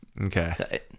Okay